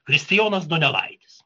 kristijonas donelaitis